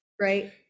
right